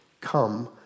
come